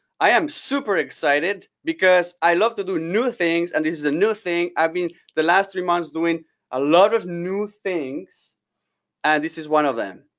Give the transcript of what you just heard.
i am super excited because i love to do new things and this is a new thing. i've been the last three months, doing a lot of new things and this is one of them.